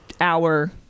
hour